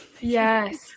Yes